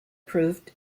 proved